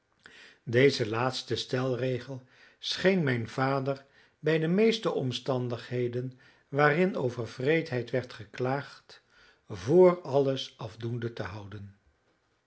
dezen laatsten stelregel scheen mijn vader bij de meeste omstandigheden waarin over wreedheid werd geklaagd voor alles afdoende te houden